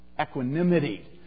equanimity